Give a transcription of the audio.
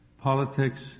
Politics